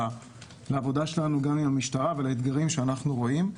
לעבודתנו עם המשטרה ולאתגרים שאנחנו רואים,